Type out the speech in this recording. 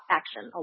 action